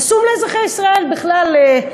חסום לאזרחי ישראל בכלל.